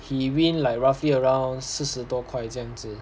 he win like roughly around 四十多块这样子